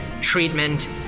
treatment